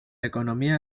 economía